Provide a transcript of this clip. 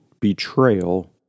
betrayal